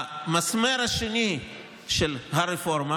המסמר השני של הרפורמה